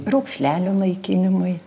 raukšlelių naikinimui